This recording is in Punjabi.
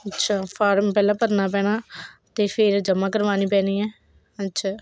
ਅੱਛਾ ਫਾਰਮ ਪਹਿਲਾਂ ਭਰਨਾ ਪੈਣਾ ਅਤੇ ਫਿਰ ਜਮ੍ਹਾਂ ਕਰਵਾਉਣੀ ਪੈਣੀ ਹੈ ਅੱਛਾ